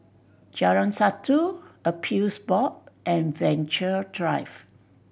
Jalan Satu Appeals Board and Venture Drive